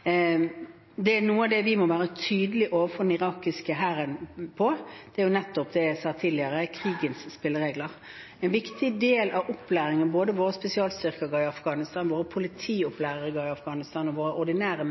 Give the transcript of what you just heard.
jeg sa tidligere: krigens spilleregler. En viktig del av den opplæringen både våre spesialstyrker i Afghanistan, våre politiopplærere i Afghanistan og våre ordinære